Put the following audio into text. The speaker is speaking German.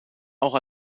auch